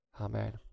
Amen